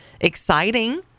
exciting